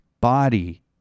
body